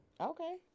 Okay